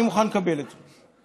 אני מוכן לקבל את זה.